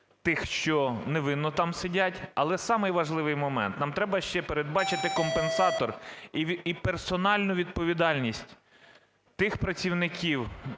тих, що невинно там сидять. Але самий важливий момент: нам треба ще передбачити компенсатор і персональну відповідальність тих працівників